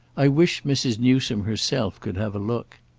i wish mrs. newsome herself could have a look.